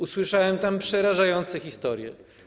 Usłyszałem tam przerażające historie.